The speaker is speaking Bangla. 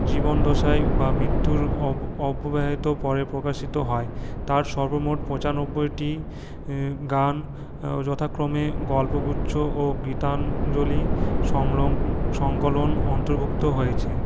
জীবদ্দশায় বা মৃত্যুর অপ পরে প্রকাশিত হয় তাঁর সর্বমোট পঁচানব্বইটি গান যথাক্রমে গল্পগুচ্ছ ও গীতাঞ্জলি সংরং সংকলন অন্তর্ভুক্ত হয়েছে